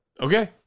Okay